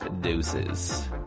Deuces